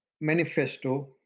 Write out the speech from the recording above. Manifesto